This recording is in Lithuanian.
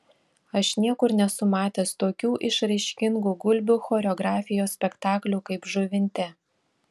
aš niekur nesu matęs tokių išraiškingų gulbių choreografijos spektaklių kaip žuvinte